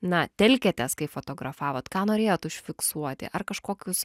na telkiatės kai fotografavot ką norėjot užfiksuoti ar kažkokius